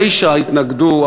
תשע התנגדו,